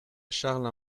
charles